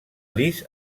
lis